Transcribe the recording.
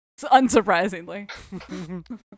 Unsurprisingly